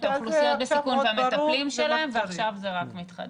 את האוכלוסיות בסיכון והמטפלים שלהם ועכשיו זה רק מתחדד.